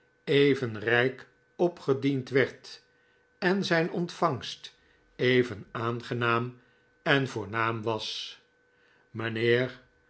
even rijk opgediend werd en zijn ontvangst even aangenaam en voornaam was mijnheer